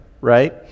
right